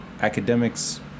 academics